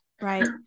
right